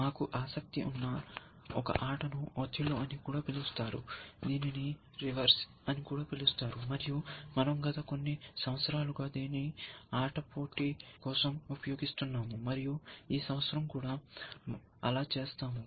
మాకు ఆసక్తి ఉన్న ఒక ఆట ను ఒథెల్లో అని కూడా పిలుస్తారు దీనిని రివర్సి అని కూడా పిలుస్తారు మరియు మనం గత కొన్ని సంవత్సరాలుగా దీని ఆట పోటీ కోసం ఉపయోగిస్తున్నాము మరియు ఈ సంవత్సరం కూడా అలా చేస్తాము